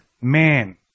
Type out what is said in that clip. man